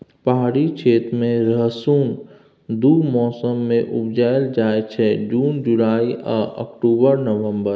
पहाड़ी क्षेत्र मे रसुन दु मौसम मे उपजाएल जाइ छै जुन जुलाई आ अक्टूबर नवंबर